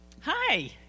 Hi